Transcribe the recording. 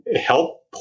help